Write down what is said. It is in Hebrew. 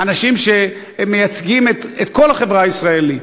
אנשים שמייצגים את כל החברה הישראלית.